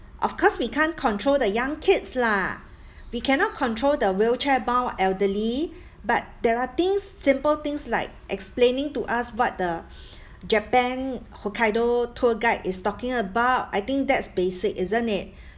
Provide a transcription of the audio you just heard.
or course we can't control the young kids lah we cannot control the wheelchair bound elderly but there are things simple things like explaining to us what the japan hokkaido tour guide is talking about I think that's basic isn't it